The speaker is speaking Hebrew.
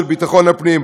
של ביטחון הפנים.